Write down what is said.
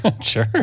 Sure